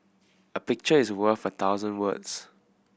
a picture is worth a thousand words